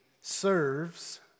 serves